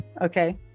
Okay